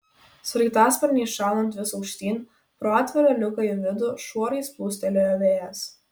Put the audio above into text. sraigtasparniui šaunant vis aukštyn pro atvirą liuką į vidų šuorais plūstelėjo vėjas